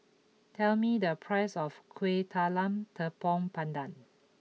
tell me the price of Kuih Talam Tepong Pandan